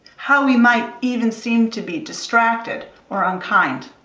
how we might even seem to be distracted or unkind.